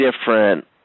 different